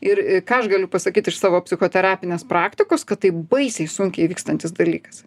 ir ką aš galiu pasakyt iš savo psichoterapinės praktikos kad tai baisiai sunkiai vykstantis dalykas